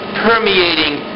permeating